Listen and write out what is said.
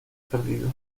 perdido